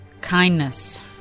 kindness